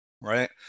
Right